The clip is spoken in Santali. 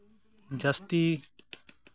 ᱡᱟᱹᱥᱛᱤ